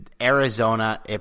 Arizona –